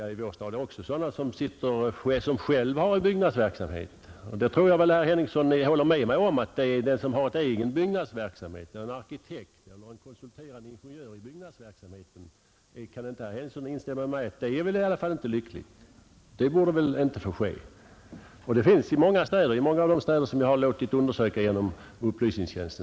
Det finns ju även i vår stad personer som bedriver byggnadsverksamhet, och herr Henningsson håller väl med mig om att den som har egen byggnadsverksamhet — en arkitekt eller konsulterande ingenjör inom byggnadsbranschen — inte lämpligen skall sitta i en byggnadsnämnd. Det förekommer dock i många av de städer som jag har låtit undersöka genom riksdagens upplysningstjänst.